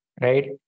right